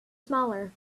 smaller